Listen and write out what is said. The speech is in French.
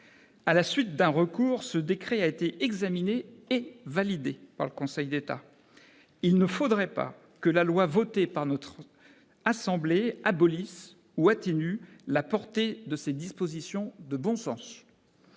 À la suite d'un recours, ce décret a été examiné et validé par le Conseil d'État. Il ne faudrait pas que la loi votée par notre assemblée abolisse ou atténue la portée de ces dispositions de bon sens.